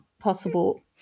possible